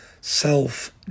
self